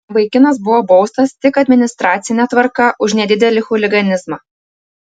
vaikinas buvo baustas tik administracine tvarka už nedidelį chuliganizmą